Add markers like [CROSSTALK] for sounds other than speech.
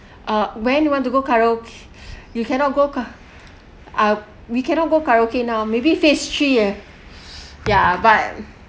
uh when you want to go karaoke [BREATH] you cannot go ka~ ah we cannot go karaoke now maybe phase three ah [BREATH] yeah but